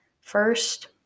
first